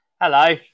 Hello